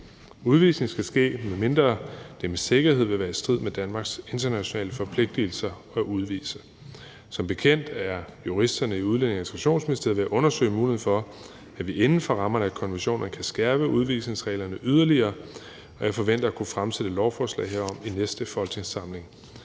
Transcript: Udvisning skal ske, medmindre det med sikkerhed vil være i strid med Danmarks internationale forpligtelser at udvise. Som bekendt er juristerne i Udlændinge- og Integrationsministeriet ved at undersøge muligheden for, at vi inden for rammerne af konventionerne kan skærpe udvisningsreglerne yderligere, og jeg forventer at kunne fremsætte et lovforslag herom i næste folketingssamling.